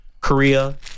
Korea